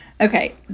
Okay